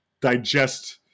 digest